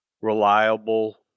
reliable